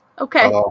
Okay